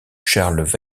charles